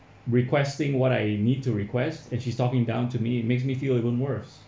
requesting what I need to request and she's talking down to me it makes me feel even worse